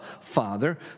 Father